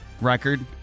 record